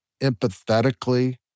empathetically